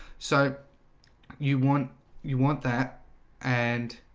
so you want you want that and